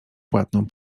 płatną